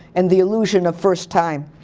and the illusion of first time.